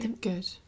good